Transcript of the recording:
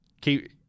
keep